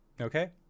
Okay